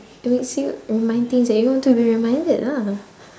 it makes you remind things that you don't want to be reminded lah